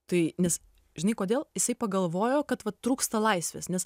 tai nes žinai kodėl jisai pagalvojo kad vat trūksta laisvės nes